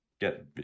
get